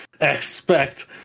expect